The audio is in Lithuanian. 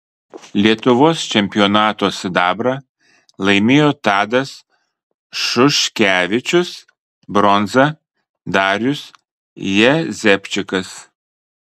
lietuvos čempionato sidabrą laimėjo tadas šuškevičius bronzą darius jazepčikas